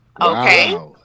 Okay